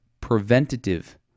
preventative